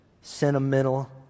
sentimental